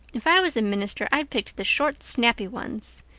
if i was a minister i'd pick the short, snappy ones.